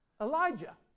Elijah